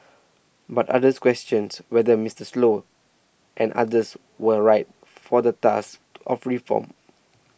but others questioned whether Mister Sloan and others were right for the task of reform